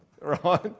right